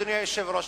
אדוני היושב-ראש,